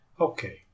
Okay